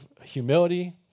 humility